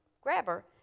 grabber